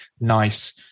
nice